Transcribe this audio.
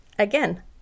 Again